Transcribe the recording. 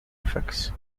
effects